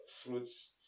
fruits